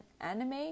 anime